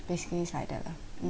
basically like that lah